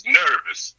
nervous